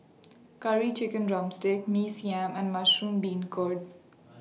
Curry Chicken Drumstick Mee Siam and Mushroom Beancurd